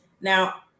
Now